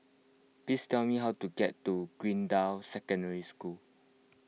please tell me how to get to Greendale Secondary School